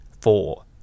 four